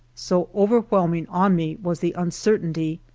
so overwhelming on me was the uncertainty,